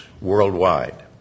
worldwide